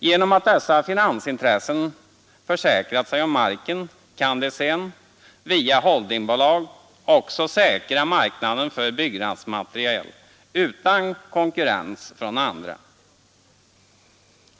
Genom att dessa finansintressen försäkrat sig om marken kan de sedan, via holdingbolag, också säkra marknaden för byggnadsmaterial utan konkurrens från andra.